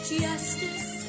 justice